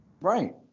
right